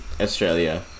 Australia